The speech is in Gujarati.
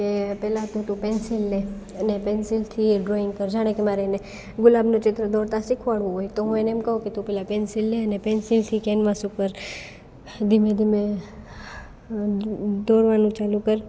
કે પહેલા તો તું પેન્સિલ લે અને પેન્સિલથી ડ્રોઈંગ કર જાણે કે મારે એને ગુલાબનું ચિત્ર દોરતા શિખવાડવું હોય તો હું એને એમ કહું કે તું પહેલા પેન્સિલ લે અને પેન્સિલથી કેનવાસ ઉપર ધીમે ધીમે દોરવાનું ચાલુ કર